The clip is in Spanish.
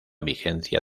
vigencia